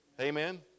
Amen